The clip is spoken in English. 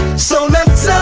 so let's